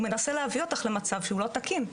הוא מנסה להביא אותך למצב שהוא לא תקין'